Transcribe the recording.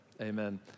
amen